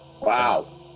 Wow